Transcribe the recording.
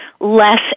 less